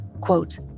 quote